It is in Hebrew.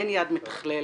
אין יד מתכללת,